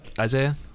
isaiah